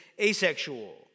asexual